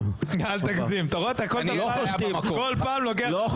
נאור, אל תפריע לרון כץ.